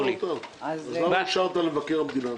אז למה אישרת תקציב למבקר המדינה?